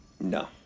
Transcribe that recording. No